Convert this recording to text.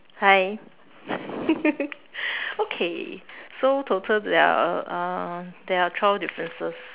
hi okay so total there are a uh there are twelve differences